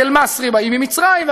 אל-מסרי באים ממצרים,